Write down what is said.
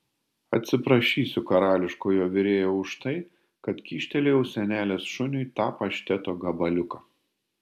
atsiprašysiu karališkojo virėjo už tai kad kyštelėjau senelės šuniui tą pašteto gabaliuką